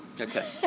Okay